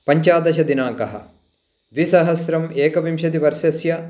पञ्चादशदिनाङ्कः द्विसहस्रम् एकविंशतिवर्षस्य